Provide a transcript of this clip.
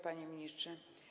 Panie Ministrze!